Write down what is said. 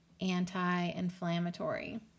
anti-inflammatory